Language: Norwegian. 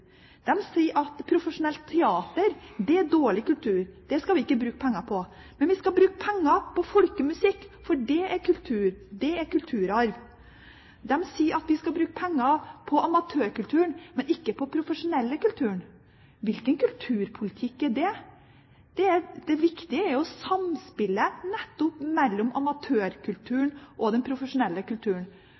sier at profesjonelt teater er dårlig kultur. Det skal vi ikke bruke penger på. Men vi skal bruke penger på folkemusikk, for det er kultur, det er kulturarv. De sier at vi skal bruke penger på amatørkulturen, men ikke på den profesjonelle kulturen. Hvilken kulturpolitikk er det? Det viktige er jo samspillet nettopp mellom amatørkulturen og den profesjonelle kulturen.